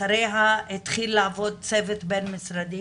אחריה התחיל לעבוד צוות בין משרדי